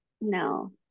No